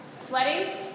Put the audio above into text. Sweating